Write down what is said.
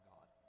God